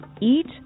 eat